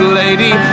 lady